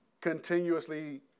continuously